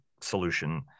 solution